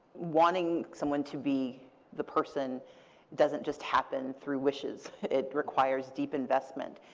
wanting someone to be the person doesn't just happen through wishes. it requires deep investment.